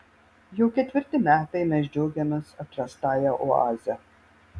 jau ketvirti metai mes džiaugiamės atrastąja oaze